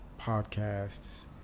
podcasts